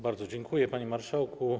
Bardzo dziękuję, panie marszałku.